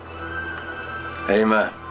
Amen